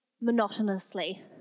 monotonously